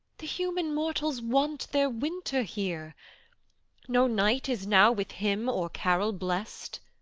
the human mortals want their winter here no night is now with hymn or carol blest